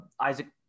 Isaac